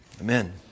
Amen